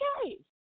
okay